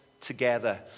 together